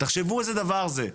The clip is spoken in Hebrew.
תחשבו איזה דבר זה,